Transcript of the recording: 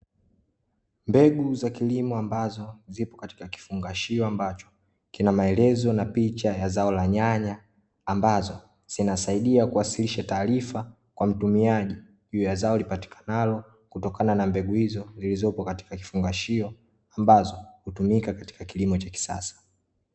Mbegu za kilimo ambazo zipo katika kifungashio, ambacho kina maelezo na picha ya zao la nyanya. Ambazo zinasaidia kuwasilisha taarifa kwa mtumiaji juu ya zao lipatikanalo kutokana na mbegu hizo zilizopo katika kifungashio ambazo hutumika katika kilimo cha kisasa.